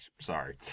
sorry